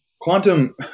quantum